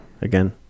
again